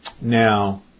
Now